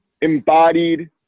embodied